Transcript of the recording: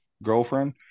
girlfriend